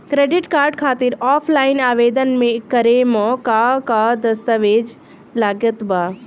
Credit card खातिर offline आवेदन करे म का का दस्तवेज लागत बा?